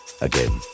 again